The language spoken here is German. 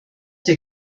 der